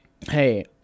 hey